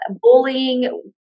Bullying